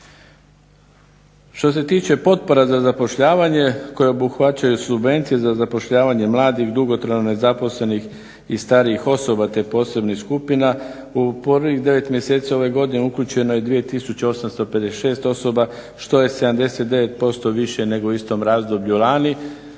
Što se tiče potpora za zapošljavanje koje obuhvaćaju subvencije za zapošljavanje mladih dugotrajno nezaposlenih i starijih osoba te posebnih skupina u prvih 9 mjeseci ove godine uključeno je 2856 osoba što je 79% više nego u istom razdoblju lani,